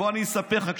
אני רוצה להגיד לך,